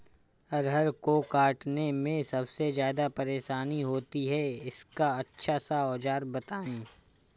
अरहर को काटने में सबसे ज्यादा परेशानी होती है इसका अच्छा सा औजार बताएं?